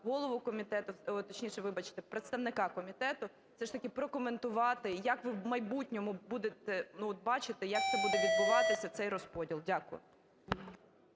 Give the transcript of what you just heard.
голову комітету, точніше, вибачте, представника комітету все ж таки прокоментувати, як ви в майбутньому будете от бачити, як це буде відбуватися цей розподіл. Дякую.